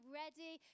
ready